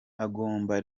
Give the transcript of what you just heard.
agomba